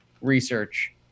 research